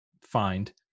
find